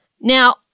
Now